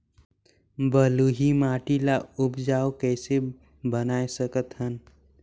बलुही माटी ल उपजाऊ कइसे बनाय सकत हन?